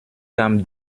kam